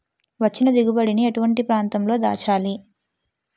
వచ్చిన దిగుబడి ని ఎటువంటి ప్రాంతం లో దాచాలి?